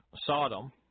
Sodom